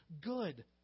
good